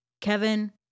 Kevin